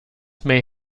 may